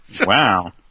Wow